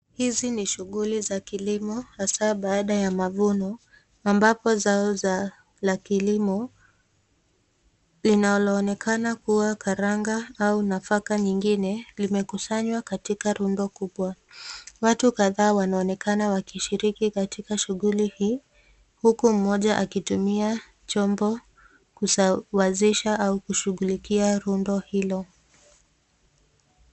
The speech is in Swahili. Hizi ni shughuli za kilimo, hasaa baada ya mavuno, ambapo zao za kilimo linalooneka kuwa karanga, au nafaka nyingine, limekusanywa katika lundo kubwa .Watu kadhaa wanaonekana wakishiriki katika shughuli hii ,huku mmoja akitumia chombo kusawazisha au kushugulikia lundo hilo.